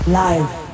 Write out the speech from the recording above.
live